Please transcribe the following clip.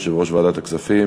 יושב-ראש ועדת הכספים,